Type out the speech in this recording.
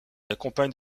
accompagne